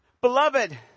Beloved